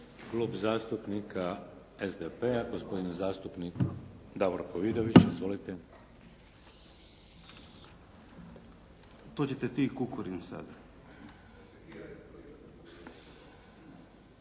Klub zastupnika SDP-a, gospodin zastupnik Davorko Vidović. Izvolite. **Vidović,